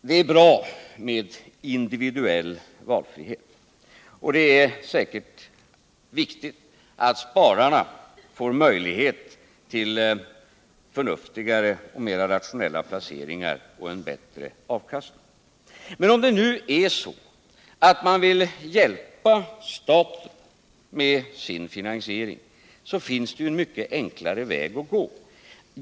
Det är bra med individuell valfrihet, och det är säkert viktigt att spararna får möjlighet att göra förnuftigare och mer rationella placeringar och att få en bättre avkastning. Men om man nu vill hjälpa staten med finansieringen finns det en mycket enklare väg att gå!